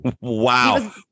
Wow